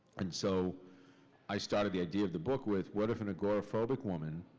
and so i started the idea of the book with, what if an agoraphobic woman